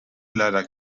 leider